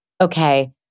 Okay